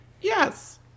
Yes